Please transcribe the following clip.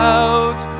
out